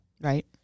Right